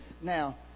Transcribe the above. Now